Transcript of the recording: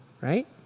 right